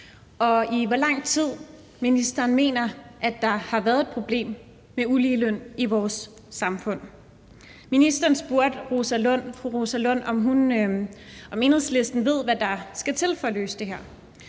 og i hvor lang tid ministeren mener der har været et problem med uligeløn i vores samfund. Ministeren spurgte fru Rosa Lund, om Enhedslisten vidste, hvad der skulle til for at løse det her.